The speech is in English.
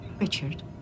Richard